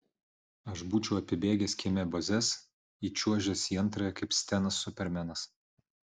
aš būčiau apibėgęs kieme bazes įčiuožęs į antrąją kaip stenas supermenas